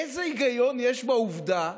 איזה היגיון יש בעובדה